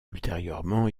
ultérieurement